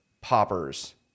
poppers